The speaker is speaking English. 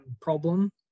problem